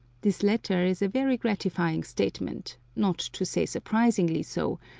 this latter is a very gratifying statement, not to say surprisingly so,